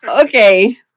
okay